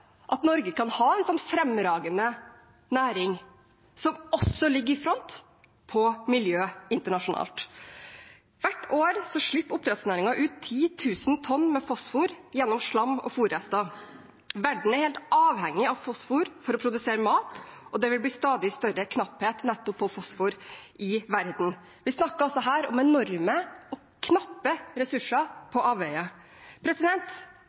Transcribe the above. at Norge kunne hatt en fremragende næring som også hadde ligget i front når det gjelder miljø internasjonalt. Hvert år slipper oppdrettsnæringen ut 10 000 tonn fosfor gjennom slam og fôrrester. Verden er helt avhengig av fosfor for å produsere mat, og det vil bli stadig større knapphet på nettopp fosfor i verden. Vi snakker her altså om enorme og knappe ressurser